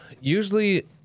usually